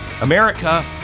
America